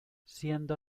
siendo